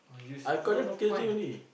I call them crazy only